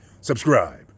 subscribe